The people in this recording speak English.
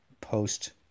post